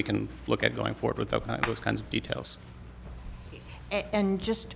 we can look at going forward with those kinds of details and just